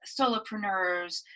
solopreneurs